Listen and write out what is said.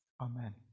Amen